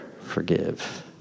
forgive